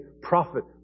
prophet